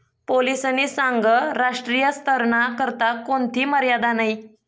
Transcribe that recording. पोलीसनी सांगं राष्ट्रीय स्तरना करता कोणथी मर्यादा नयी